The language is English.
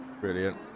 Brilliant